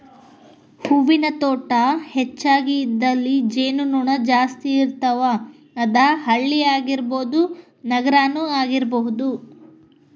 ಹೂವಿನ ತೋಟಾ ಹೆಚಗಿ ಇದ್ದಲ್ಲಿ ಜೇನು ನೊಣಾ ಜಾಸ್ತಿ ಇರ್ತಾವ, ಅದ ಹಳ್ಳಿ ಆಗಿರಬಹುದ ನಗರಾನು ಆಗಿರಬಹುದು